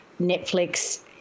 Netflix